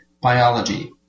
Biology